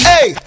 Hey